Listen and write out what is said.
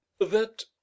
That